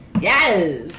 Yes